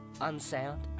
unsound